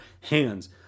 hands